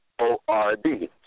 O-R-D